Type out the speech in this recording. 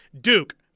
Duke